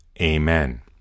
Amen